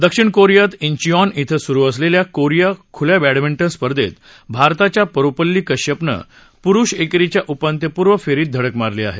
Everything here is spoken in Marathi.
दक्षिण कोरियात इन्विऑन इथं सुरू असलेल्या कोरिया खुल्या बॅडमिंटन स्पर्धेत भारताच्या परुपल्ली कश्यपनं पुरुष एकेरीच्या उपांत्यपूर्व फेरीत धडक मारली आहे